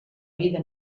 vida